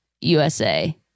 USA